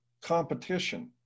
competition